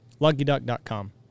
LuckyDuck.com